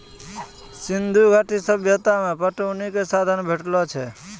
सिंधु घाटी के सभ्यता मे पटौनी के साधन भेटलो छै